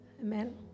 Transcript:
Amen